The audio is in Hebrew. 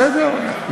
בסדר,